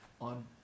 on